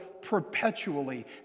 perpetually